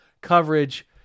coverage